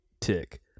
tick